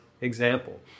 example